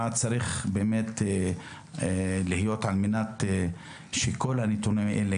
מה צריך להיות על מנת שכל תאונה תירשם.